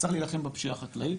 צריך להילחם בפשיעה החקלאית,